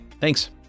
Thanks